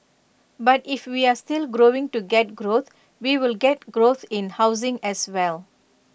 but if we are still going to get growth we will get growth in housing as well